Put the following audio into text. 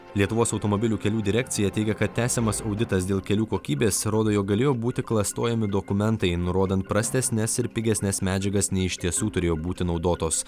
lietuvos automobilių kelių direkcija teigia kad tęsiamas auditas dėl kelių kokybės rodo jog galėjo būti klastojami dokumentai nurodant prastesnes ir pigesnes medžiagas nei iš tiesų turėjo būti naudotos